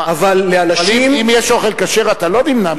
אבל לאנשים, אם יש אוכל כשר אתה לא נמנע ממנו.